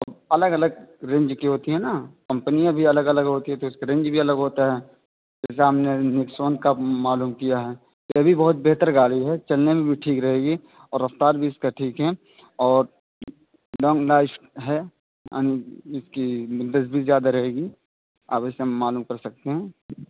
الگ الگ رینج کی ہوتی ہیں نا کمپنیاں بھی الگ الگ ہوتی ہیں تو اس کے رینج بھی الگ ہوتا ہے جیسے آپ نے نیکسون کا معلوم کیا ہے یہ بھی بہت بہتر گاڑی ہے چلنے میں بھی ٹھیک رہے گی اور رفتار بھی اس کا ٹھیک ہے اور ایک دم نائس ہے اور اس کی مدت بھی زیادہ رہے گی آپ یہ سب معلوم کر سکتے ہیں